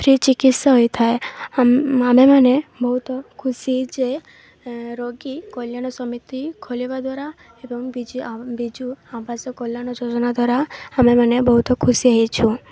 free ଚିକିତ୍ସା ହୋଇଥାଏ ଆମେମାନେ ବହୁତ ଖୁସି ଯେ ରୋଗୀ କଲ୍ୟାଣ ସମିତି ଖୋଲିବା ଦ୍ୱାରା ଏବଂ ବିଜୁ ଆବାସ କଲ୍ୟାଣ ଯୋଜନା ଦ୍ୱାରା ଆମେମାନେ ବହୁତ ଖୁସି ହେଇଛୁ